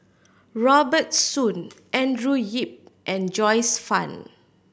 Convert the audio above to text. Robert Soon Andrew Yip and Joyce Fan